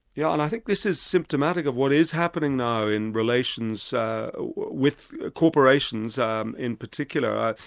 yeah and i think this is symptomatic of what is happening now in relations with ah corporations um in particular.